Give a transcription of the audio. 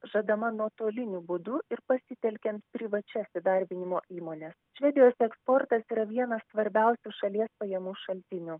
žadama nuotoliniu būdu ir pasitelkiant privačias įdarbinimo įmones švedijos eksportas yra vienas svarbiausių šalies pajamų šaltinių